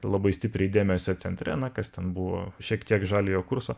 labai stipriai dėmesio centre na kas ten buvo šiek tiek žaliojo kurso